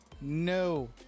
No